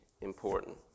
important